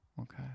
Okay